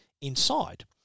inside